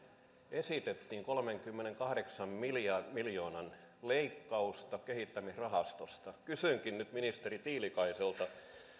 esitettiin kolmenkymmenenkahdeksan miljoonan miljoonan leikkausta kehittämisrahastosta kysynkin nyt ministeri tiilikaiselta olisivatko